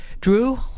Drew